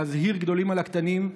להזהיר גדולים על הקטנים,